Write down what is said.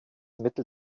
mittel